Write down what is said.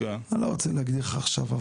אני לא רוצה להגיד לך עכשיו,